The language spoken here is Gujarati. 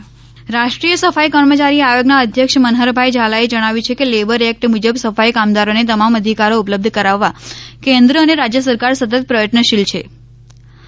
સફાઇ કામદારો રાષ્ટ્રીય સફાઇ કર્મચારી આયોગના અધ્યક્ષ મનહરભાઇ ઝાલાએ ણાવ્યું છે કે લેબર એક્ટ મુ બ સફાઇ કામદારોને તમામ અધિકારો ઉપલબ્ધ કરાવવા કેન્દ્ર અને રાજ્ય સરકાર સતત પ્રયત્નશીલ હિ